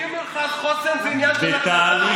להקים מרכז חוסן זה עניין של החלטה.